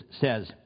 says